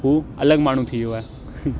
हू अलॻि माण्हू थी वियो आहे